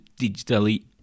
digitally